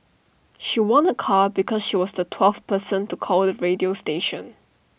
she won A car because she was the twelfth person to call the radio station